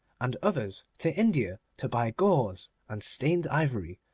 and others to india to buy gauze and stained ivory,